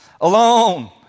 alone